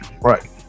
right